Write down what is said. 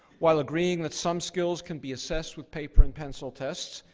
while agreeing that some skills can be assessed with paper and pencil tests,